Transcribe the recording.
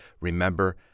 remember